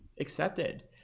accepted